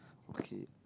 okay